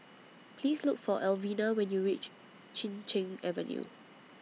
Please Look For Alvina when YOU REACH Chin Cheng Avenue